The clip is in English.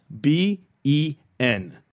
B-E-N